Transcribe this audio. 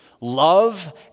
love